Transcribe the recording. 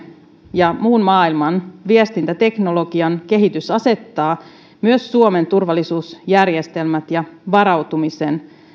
ja muun maailman viestintäteknologian kehitys asettavat myös suomen turvallisuusjärjestelmät ja varautumisen